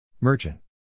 Merchant